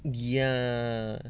yeah